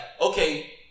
okay